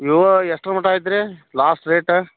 Vivo ಎಷ್ಟ್ರ ಮಟ್ಟ ಐತ್ರೀ ಲಾಸ್ಟ್ ರೇಟ